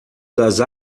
das